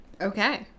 Okay